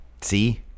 See